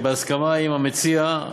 בהסכמה עם המציע,